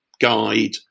guide